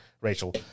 Rachel